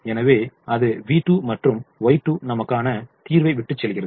எனவே அது v2 மற்றும் Y2 நமக்கான தீர்வை விட்டுச்செல்கிறது